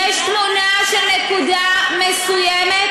יש תמונה של נקודה מסוימת,